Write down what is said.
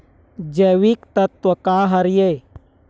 जैविकतत्व का हर ए?